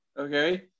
Okay